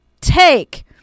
take